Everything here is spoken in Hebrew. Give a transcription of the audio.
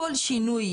כל שינוי,